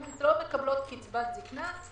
אם הן לא מקבלות קצבת זקנה,